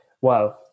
Wow